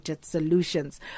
Solutions